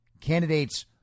candidates